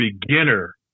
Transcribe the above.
beginner